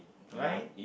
right